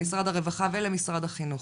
למשרד הרווחה ולמשרד החינוך: